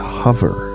hover